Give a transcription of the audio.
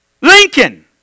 Lincoln